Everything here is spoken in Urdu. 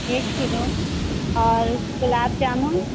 ایک کلو اور گلاب جامن